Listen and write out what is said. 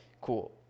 Cool